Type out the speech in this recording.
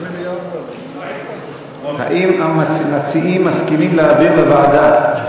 האם המציעים מסכימים להעביר לוועדה?